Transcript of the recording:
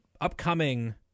upcoming